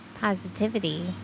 positivity